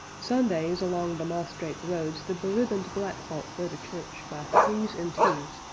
sundays, along the moss-draped roads, the beribboned black folk go to church by threes and twos,